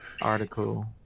Article